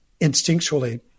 instinctually